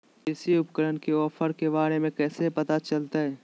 कृषि उपकरण के ऑफर के बारे में कैसे पता चलतय?